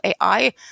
AI